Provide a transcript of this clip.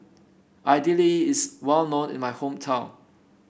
Idili is well known in my hometown